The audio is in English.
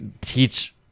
teach